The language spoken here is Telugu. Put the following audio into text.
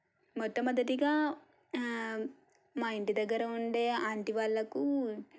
మొట్టమొదటిగా మా ఇంటి దగ్గర ఉండే ఆంటీ వాళ్ళకు